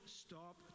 stop